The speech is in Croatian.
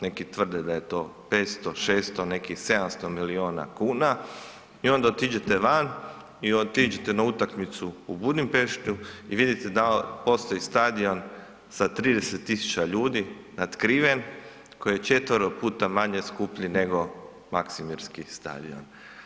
Neki tvrde da je to 500, 600, neki 700 milijuna kuna i onda otiđete van i otiđete na utakmicu u Budimpeštu i vidite da postoji stadion sa 30 tisuća ljudi, natkriven, koji je 4 puta manje skuplji nego Maksimirski stadion.